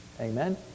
Amen